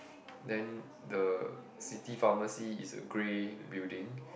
then the city pharmacy is a grey building